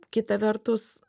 kita vertus